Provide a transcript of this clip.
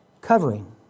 covering